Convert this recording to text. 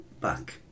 back